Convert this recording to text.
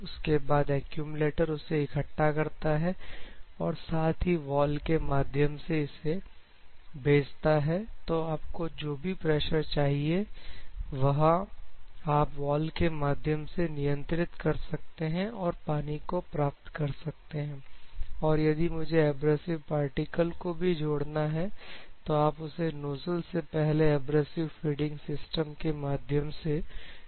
उसके बाद एक्यूमलेटर उसे इकट्ठा करता है और साथ ही वॉलव के माध्यम से इसे भेजता है तो आपको जो भी प्रेशर चाहिए वहां आप वॉलव के माध्यम से नियंत्रित कर सकते हैं और पानी को प्राप्त कर सकते हैं और यदि मुझे एब्रेसिव पार्टिकल को भी जोड़ना है तो आप उसे नोजल से पहले एब्रेसिव फीडिंग सिस्टम के माध्यम से जोड़ सकते हैं